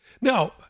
Now